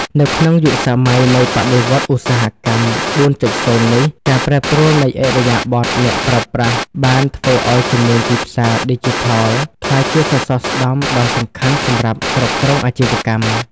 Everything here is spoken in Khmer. នៅក្នុងយុគសម័យនៃបដិវត្តន៍ឧស្សាហកម្ម ៤.០ នេះ ការប្រែប្រួលនៃឥរិយាបថអ្នកប្រើប្រាស់បានធ្វើឱ្យជំនាញទីផ្សារឌីជីថលក្លាយជាសសរស្តម្ភដ៏សំខាន់សម្រាប់គ្រប់អាជីវកម្ម។